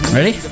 Ready